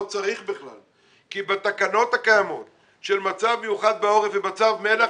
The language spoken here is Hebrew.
לא צריך בכלל כי בתקנות הקיימות של מצב מיוחד בעורף ומצב מל"ח,